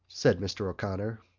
said mr. o'connor.